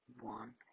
one